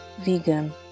Vegan